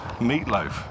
meatloaf